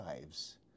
lives